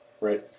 Right